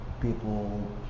people